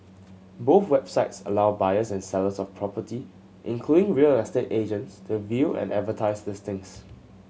both websites allow buyers and sellers of property including real estate agents to view and advertise listings